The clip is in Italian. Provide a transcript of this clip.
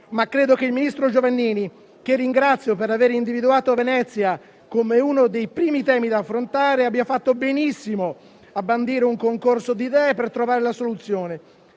però che il ministro Giovannini - che ringrazio per aver individuato Venezia come uno dei primi temi da affrontare - abbia fatto benissimo a bandire un concorso di idee per trovare la soluzione.